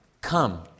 come